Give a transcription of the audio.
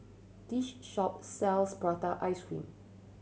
this shop sells prata ice cream